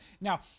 Now